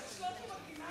זה עם הלייזר?